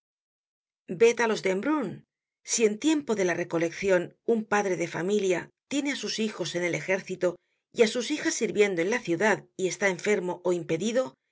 á los de embrun si en tiempo de la recoleccion un padre de familia tiene á sus hijos en el ejército y á sus hijas sirviendo en la ciudad y está enfermo ó impedido